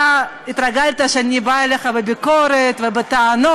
אתה התרגלת שאני באה אליך בביקורת ובטענות,